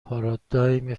پارادایم